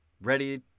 Ready